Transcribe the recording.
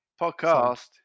Podcast